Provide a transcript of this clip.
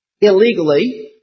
illegally